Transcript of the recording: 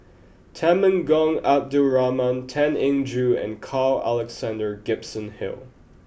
Temenggong Abdul Rahman Tan Eng Joo and Carl Alexander Gibson Hill